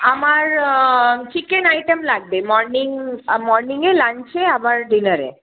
আমার chicken item লাগবে morning মর্নিংয়ে লাঞ্চে আবার ডিনারে